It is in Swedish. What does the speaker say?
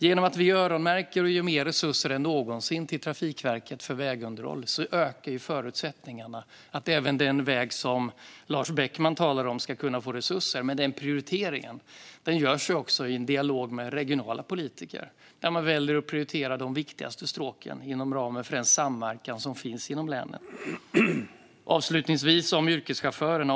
Genom att vi öronmärker och ger mer resurser än någonsin till Trafikverket för vägunderhåll ökar förutsättningarna att även den väg som Lars Beckman talar om ska kunna få resurser. Prioriteringen görs i dialog med regionala politiker då man väljer att prioritera de viktigaste stråken inom ramen för den samverkan som finns inom länet. Avslutningsvis ska jag säga något om yrkeschaufförerna.